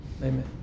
amen